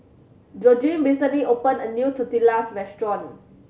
Georgene recently opened a new Tortillas Restaurant